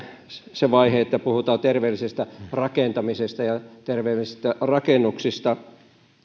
se vaihe että puhutaan terveellisestä rakentamisesta ja terveellisistä rakennuksista